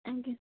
ଆଜ୍ଞା